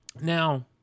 Now